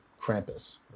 Krampus